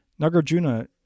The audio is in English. Nagarjuna